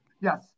Yes